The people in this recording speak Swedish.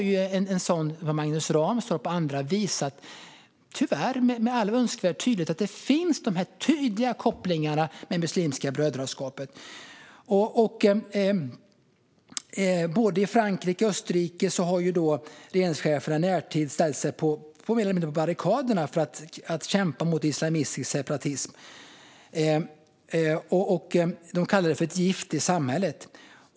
Men Magnus Ranstorp och andra har visat, tyvärr med all önskvärd tydlighet, att det finns tydliga kopplingar till Muslimska brödraskapet. Regeringscheferna i både Frankrike och Österrike har i närtid mer eller mindre ställt sig på barrikaderna för att kämpa mot islamistisk separatism, som de kallar ett gift i samhället.